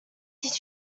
did